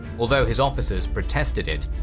although his officers protested it,